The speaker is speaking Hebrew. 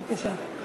בבקשה.